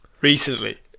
recently